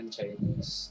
Chinese